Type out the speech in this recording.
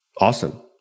Awesome